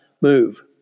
move